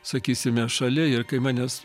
sakysime šalia ir kai manęs